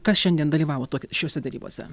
kas šiandien dalyvavo šiose derybose